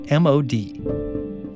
MOD. —